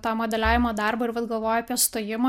tą modeliavimo darbą ir vat galvoju apie stojimą